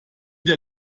der